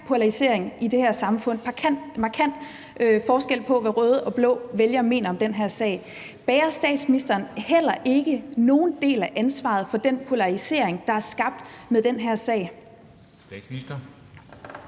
polarisering i det her samfund. Der er markant forskel på, hvad røde og blå vælgere mener om den her sag. Bærer statsministeren heller ikke nogen del af ansvaret for den polarisering, der er skabt med den her sag?